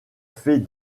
fait